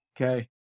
Okay